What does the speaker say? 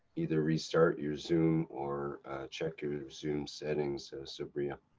either restart your zoom or check your zoom settings. sobria.